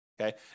okay